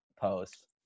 post